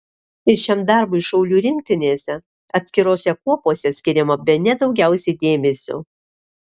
ir šiam darbui šaulių rinktinėse atskirose kuopose skiriama bene daugiausiai dėmesio